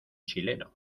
chileno